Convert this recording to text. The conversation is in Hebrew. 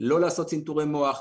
לא לעשות צנתור מוח,